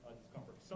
discomfort